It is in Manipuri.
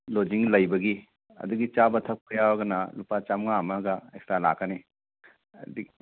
ꯂꯣꯗꯖꯤꯡ ꯂꯩꯕꯒꯤ ꯑꯗꯒꯤ ꯆꯥꯕ ꯊꯛꯄ ꯌꯥꯎꯔꯒꯅ ꯂꯨꯄꯥ ꯆꯥꯝꯉꯥ ꯑꯃꯒ ꯑꯦꯛꯁꯇ꯭ꯔꯥ ꯂꯥꯛꯀꯅꯤ ꯑꯗꯤ